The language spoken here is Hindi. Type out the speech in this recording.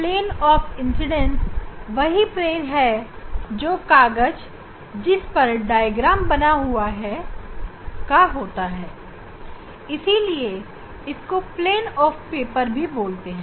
प्लेन ऑफ इंसिडेंट को प्लेन ऑफ पेपर भी बोलते हैं